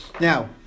Now